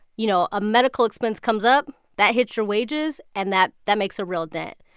you know, a medical expense comes up, that hits your wages and that that makes a real dent.